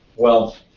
well,